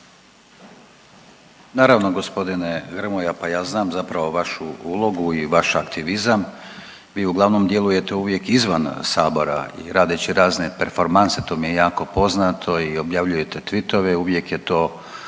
Naravno gospodine Grmoja, pa ja znam zapravo vašu ulogu i vaš aktivizam. Vi uglavnom djelujete uvijek izvan sabora radeći razne performanse, to mi je jako poznato i objavljujete tvitove, uvijek je to